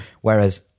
whereas